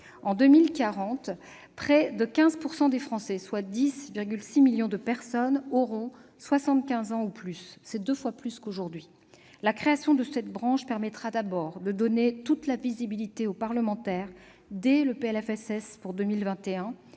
en 2040, près de 15 % des Français, soit 10,6 millions de personnes, auront 75 ans ou plus. C'est deux fois plus qu'aujourd'hui ! La création de cette branche permettra, d'abord, de donner toute la visibilité aux parlementaires, dès le projet